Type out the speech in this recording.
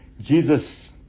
Jesus